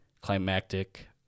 climactic